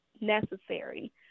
necessary